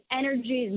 energy